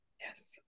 Yes